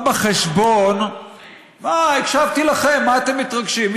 לא בא בחשבון, מה, הקשבתי לכם, מה אתם מתרגשים?